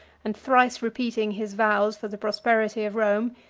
and thrice repeating his vows for the prosperity of rome,